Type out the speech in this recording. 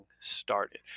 started